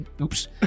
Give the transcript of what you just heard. oops